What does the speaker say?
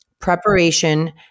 preparation